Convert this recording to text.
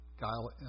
guile